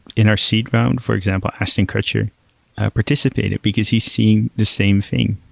in our seed round for example, ashton kutcher participated, because he's seeing the same thing,